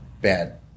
bad